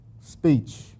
speech